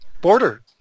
border